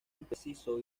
impreciso